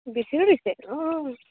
বেছিকে দিছে অঁ